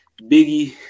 Biggie